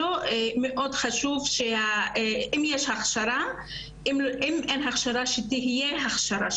הוא שאם אין הכשרה שתהיה הכשרה,